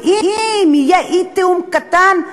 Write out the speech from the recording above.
ואם יהיה אי-תיאום קטן,